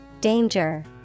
Danger